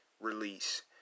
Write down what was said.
release